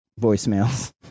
voicemails